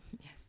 Yes